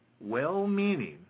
Well-meaning